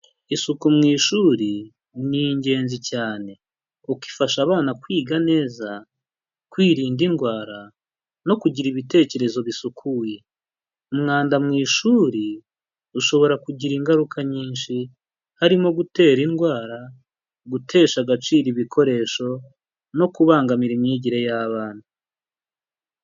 Isuku mu ishuri, ni ingenzi cyane kuko ifasha abana kwiga neza, kwirinda indwara, no kugira ibitekerezo bisukuye. Umwanda mu ishuri, ushobora kugira ingaruka nyinshi, harimo gutera indwara, gutesha agaciro ibikoresho, no kubangamira imyigire y'abana.